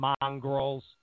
mongrels